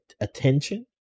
attention